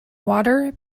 water